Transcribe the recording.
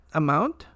amount